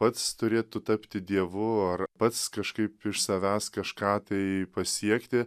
pats turėtų tapti dievu ar pats kažkaip iš savęs kažką tai pasiekti